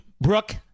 Brooke